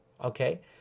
Okay